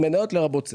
זה מניות לרבות סייף.